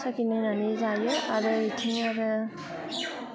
साखिनायनानै जायो आरो बिथिं आरो